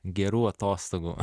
gerų atostogų